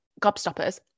Gobstoppers